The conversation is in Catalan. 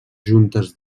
juntes